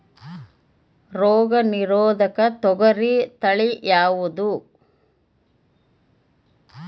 ರೋಗ ನಿರೋಧಕ ತೊಗರಿ ತಳಿ ಯಾವುದು?